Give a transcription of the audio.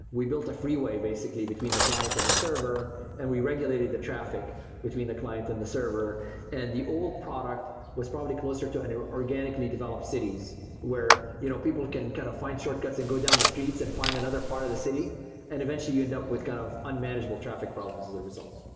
we built a freeway basically between the client and the server and we regulated the traffic between the clients and the server and the old product was probably closer to an organically developed cities where you know people can kind of find shortcuts and go down the streets and find another part of the city and eventually you end up with kind of unmanageable traffic problems as a result.